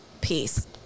Peace